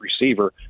receiver